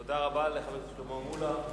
תודה רבה לחבר הכנסת שלמה מולה.